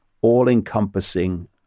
all-encompassing